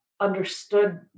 understood